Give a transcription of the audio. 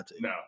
No